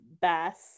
best